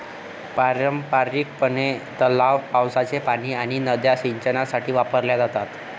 पारंपारिकपणे, तलाव, पावसाचे पाणी आणि नद्या सिंचनासाठी वापरल्या जातात